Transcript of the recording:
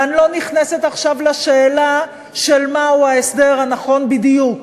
ואני לא נכנסת עכשיו לשאלה של מהו הסדר הנכון בדיוק.